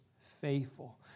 faithful